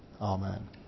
Amen